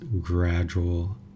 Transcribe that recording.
gradual